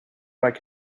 like